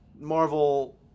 Marvel